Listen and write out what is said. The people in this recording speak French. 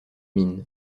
minh